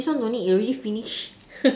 but this one no need it already finish